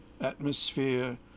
atmosphere